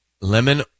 Lemon